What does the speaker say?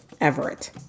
Everett